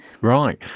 Right